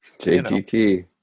JTT